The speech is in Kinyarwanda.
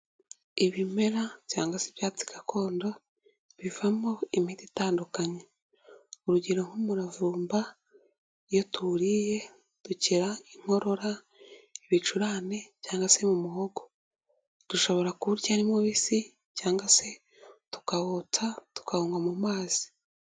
Ibimera cyangwa se ibyatsi gakondo, bivamo imiti itandukanye, urugero nk'umuravumba iyo tuwuriye dukira inkorora, ibicurane cyangwa se mu muhogo. Dushobora kuwurya ari mubisi, cyangwa se tukawotsa tukanywa mu mazi.